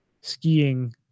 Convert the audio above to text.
skiing